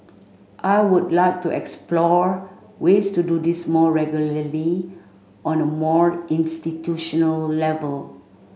I would like to explore ways to do this more regularly on a more institutional level